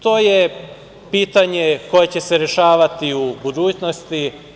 To je pitanje koje će se rešavati u budućnosti.